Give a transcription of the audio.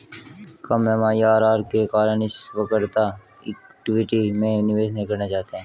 कम MIRR के कारण निवेशकर्ता इक्विटी में निवेश नहीं करना चाहते हैं